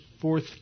fourth